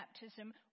baptism